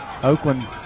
Oakland